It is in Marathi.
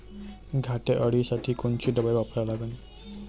घाटे अळी साठी कोनची दवाई वापरा लागन?